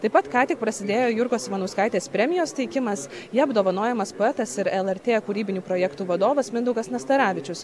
taip pat ką tik prasidėjo jurgos ivanauskaitės premijos teikimas ja apdovanojamas poetas ir lrt kūrybinių projektų vadovas mindaugas nastaravičius